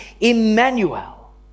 Emmanuel